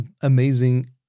amazing